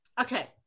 Okay